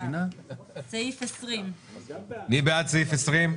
סעיף 20. מי בעד סעיף 20?